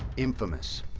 infamous.